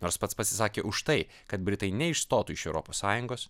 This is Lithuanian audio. nors pats pasisakė už tai kad britai neišstotų iš europos sąjungos